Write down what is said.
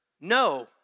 no